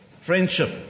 friendship